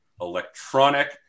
electronic